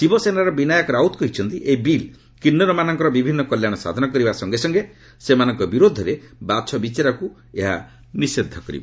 ଶିବିସେନାର ବିନାୟକ ରାଉତ କହିଛନ୍ତି ଏହି ବିଲ୍ କିନ୍ଦୁରମାନଙ୍କ ବିଭିନ୍ନ କଲ୍ୟାଣ ସାଧନ କରିବା ସଙ୍ଗେ ସଙ୍ଗେ ସେମାନଙ୍କ ବିରୋଧରେ ବାଛବିଚାରକ୍ତ ଏହି ବିଲ୍ ନିଷେଧ କର୍ ଛି